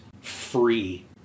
free